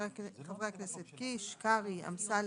חברי הכנסת קיש, קרעי, אמסלם,